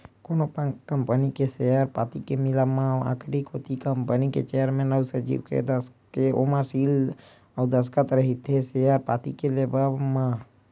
कोनो कंपनी के सेयर पाती के मिलब म आखरी कोती कंपनी के चेयरमेन अउ सचिव के ओमा सील अउ दस्कत रहिथे सेयर पाती के लेवब म